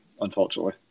unfortunately